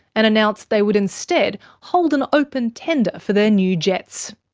and announced they would instead hold an open tender for their new jets.